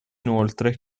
inoltre